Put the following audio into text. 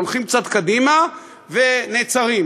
הולכים צעד קדימה ונעצרים,